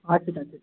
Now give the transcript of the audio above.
हजुर हजुर